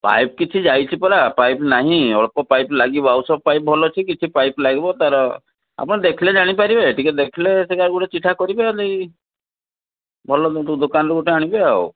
pipe କିଛି ଯାଇଛି ପରା ପାଇପ୍ ନାହିଁ ଅଳ୍ପ ପାଇପ୍ ଲାଗିବ ଆଉ ସବୁ ପାଇପ୍ ଭଲ ଅଛି କିଛି ପାଇପ୍ ଲାଗିବ ତାର ଆପଣ ଦେଖିଲେ ଜାଣିପାରିବେ ଟିକିଏ ଦେଖିଲେ ସେଇଟା ଗୁଟେ ଚିଠା କରିବେ ନେଇ ଭଲ କିନ୍ତୁ ଦୋକାନରୁ ଗୋଟେ ଆଣିବେ ଆଉ